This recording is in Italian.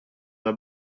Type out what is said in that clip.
una